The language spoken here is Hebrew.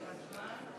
ובכן,